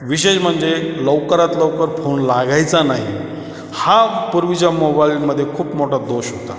विशेष म्हणजे लवकरात लवकर फोन लागायचा नाही हा पूर्वीच्या मोबाईलमध्ये खूप मोठा दोष होता